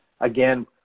Again